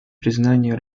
признания